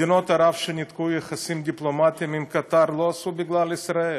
מדינות ערב שניתקו יחסים דיפלומטיים עם קטאר לא עשו את זה בגלל ישראל